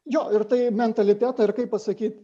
jo ir tai mentaliteto ir kaip pasakyt